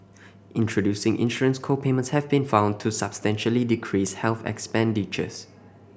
introducing insurance co payments have been found to substantially decrease health expenditures